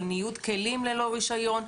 על ניוד כלים ללא רישיון,